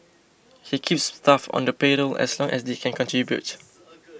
he keeps staff on the payroll as long as they can contribute